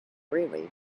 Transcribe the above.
really